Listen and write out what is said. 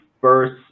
first